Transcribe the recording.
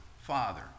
father